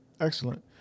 Excellent